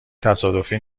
تصادفی